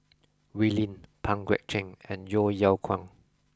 Wee Lin Pang Guek Cheng and Yeo Yeow Kwang